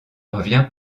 revient